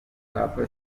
papa